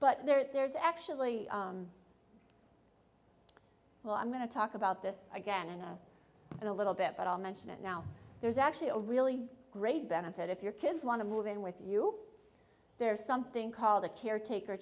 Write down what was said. but there's actually a well i'm going to talk about this again in a in a little bit but i'll mention it now there's actually a really great benefit if your kids want to move in with you there's something called a caretaker